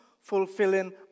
fulfilling